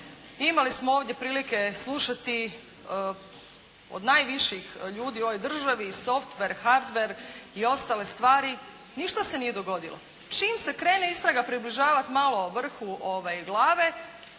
imamo smo ovdje prilike slušati od najviših ljudi u ovoj državi, softver, hardver i ostale stvari, ništa se nije dogodilo. Čim se krene istraga približavati malo vrhu glave